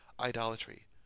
idolatry